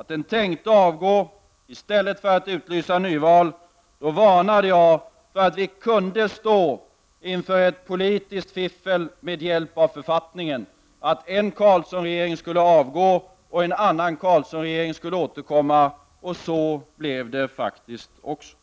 att den tänkte avgå i stället för att utlysa nyval varnade jag för att vi kunde stå inför ett politiskt fiffel med hjälp av författningen och för att en Carlssonregering skulle avgå och en annan Carlssonregering tillträda — så blev det faktiskt också.